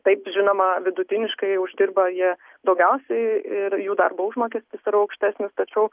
taip žinoma vidutiniškai uždirba jie daugiausiai ir jų darbo užmokestis yra aukštesnis tačiau